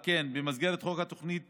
על כן, במסגרת חוק התוכנית